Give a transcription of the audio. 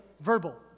verbal